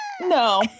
No